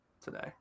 today